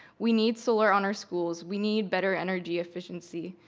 we need solar on our schools, we need better energy efficiency.